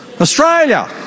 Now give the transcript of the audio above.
Australia